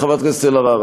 חברת הכנסת אלהרר,